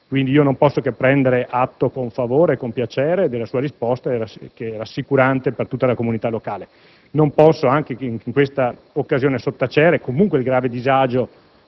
Quindi non posso che prendere atto con favore e con piacere della sua risposta rassicurante per tutta la comunità locale. Non posso, anche in questa occasione, sottacere comunque il grave disagio